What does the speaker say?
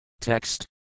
Text